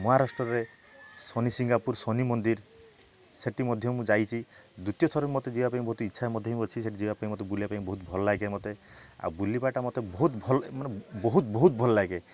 ମହାରାଷ୍ଟ୍ରରେ ଶନି ସିଙ୍ଗାପୁର ଶନି ମନ୍ଦିର ସେଇଠି ମଧ୍ୟ ମୁଁ ଯାଇଛି ଦ୍ଵିତୀୟ ଥର ମତେ ଯିବା ପାଇଁ ବହୁତ ଇଚ୍ଛା ମଧ୍ୟ ବି ଅଛି ସେଠିକି ଯିବା ପାଇଁ ମତେ ବୁଲିବା ପାଇଁ ବହୁତ ଭଲ ଲାଗେ ମତେ ଆଉ ବୁଲିବା ଟା ମତେ ବହୁତ ଭଲ ଲାଗେ ମାନେ ବହୁତ ବହୁତ ଭଲ ଲାଗେ